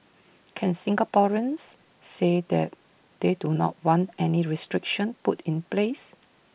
can Singaporeans say that they do not want any restriction put in place